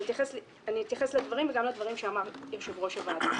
אני אתייחס לדברים וגם לדברים שאמר יושב-ראש הוועדה.